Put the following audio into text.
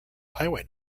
highway